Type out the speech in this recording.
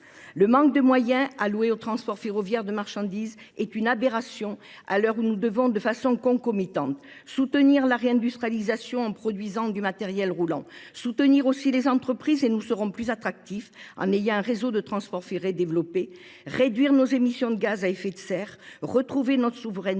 Le manque de moyens alloués au transport ferroviaire de marchandises est une aberration à l'heure où nous devons de façon concomitante soutenir la réindustrialisation en produisant du matériel roulant, soutenir aussi les entreprises et nous serons plus attractifs en ayant un réseau de transport ferré développé, réduire nos émissions de gaz à effet de serre, retrouver notre souveraineté